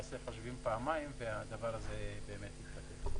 יעשה חושבים פעמיים והדבר הזה באמת יידחה.